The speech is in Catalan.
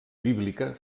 bíblica